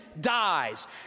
dies